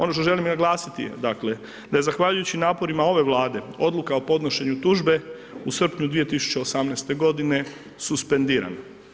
Ono što želim naglasiti je dakle, da je zahvaljujući naporima ove Vlade odluka o podnošenju tužbe u srpnju 2018. godine suspendirana.